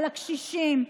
על הקשישים,